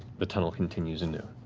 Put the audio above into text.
the tunnel continues anew.